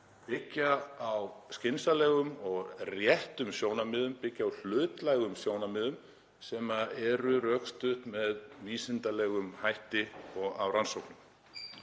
byggja á skynsamlegum og réttum sjónarmiðum, byggja á hlutlægum sjónarmiðum, sem eru rökstudd með vísindalegum hætti, og á rannsóknum.